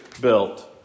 built